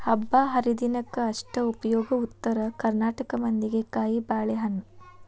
ಹಬ್ಬಾಹರಿದಿನಕ್ಕ ಅಷ್ಟ ಉಪಯೋಗ ಉತ್ತರ ಕರ್ನಾಟಕ ಮಂದಿಗೆ ಕಾಯಿಬಾಳೇಹಣ್ಣ